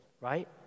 right